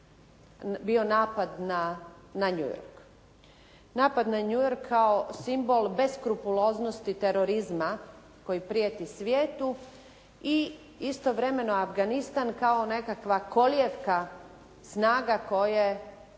bio napad na New York. Napad na New York kao simbol beskrupuloznosti terorizma koji prijeti svijetu i istovremeno Afganistan kao nekakva kolijevka snaga koje